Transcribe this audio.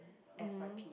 F_Y_P